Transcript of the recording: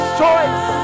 choice